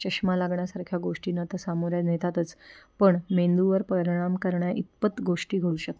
चष्मा लागण्यासारख्या गोष्टींना तर सामोऱ्या नेतातच पण मेंदूवर परिणाम करण्या इतपत गोष्टी घडू शकतात